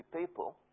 people